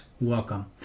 welcome